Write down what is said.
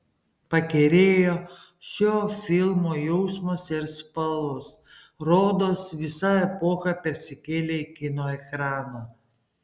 pakerėjo šio filmo jausmas ir spalvos rodos visa epocha persikėlė į kino ekraną